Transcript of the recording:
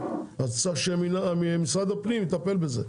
כסף אז צריך שמשרד הפנים יטפל בזה.